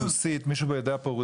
ברוסית, מישהו פה יודע רוסית?